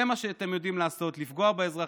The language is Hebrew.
זה מה שאתם יודעים לעשות, לפגוע באזרחים,